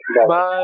Bye